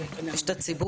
יש לך זכות.